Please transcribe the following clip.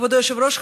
כבוד היושב-ראש,